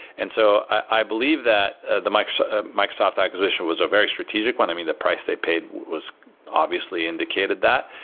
and so i believe that ah the microsoft ah microsoft acquisition was a very strategic one. i mean, the price they've paid was obviously indicated that,